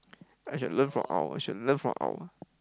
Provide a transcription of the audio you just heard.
I should learn from our should learn from our